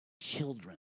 children